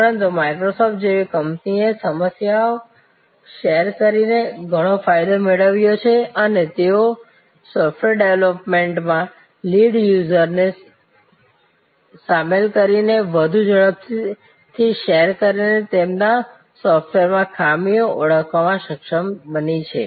પરંતુ માઈક્રોસોફ્ટ જેવી કંપનીઓએ સમસ્યાઓ શેર કરીને ઘણો ફાયદો મેળવ્યો છે અને તેઓ સોફ્ટવેર ડેવલપમેન્ટમાં લીડ યુઝર્સને સામેલ કરીને વધુ ઝડપથી શેર કરીને તેમના સોફ્ટવેરમાં ખામીઓ ઓળખવામાં સક્ષમ બની છે